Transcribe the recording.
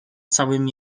całym